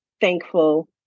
thankful